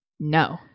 no